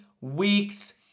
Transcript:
weeks